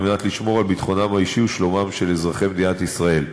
על מנת לשמור על ביטחונם האישי ושלומם של אזרחי מדינת ישראל.